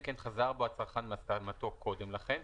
אם כן חזר בו הצרכן מהסכמתו קודם לכן,